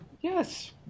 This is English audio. Yes